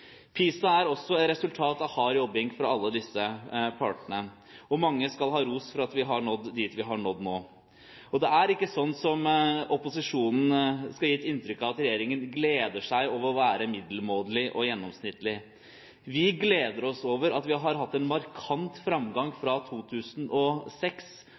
PISA er også et resultat av hard jobbing fra alle disse partene, og mange skal ha ros for at vi har nådd dit vi har nådd nå. Det er ikke sånn som opposisjonen skal gi et inntrykk av, at regjeringen gleder seg over å være middelmådig og gjennomsnittlig. Vi gleder oss over at vi har hatt en markant framgang